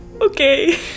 Okay